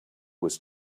was